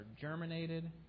germinated